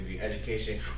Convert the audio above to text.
Education